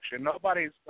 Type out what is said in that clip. Nobody's